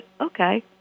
okay